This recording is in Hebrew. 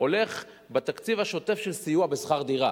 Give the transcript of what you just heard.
הולך לתקציב השוטף של סיוע בשכר דירה.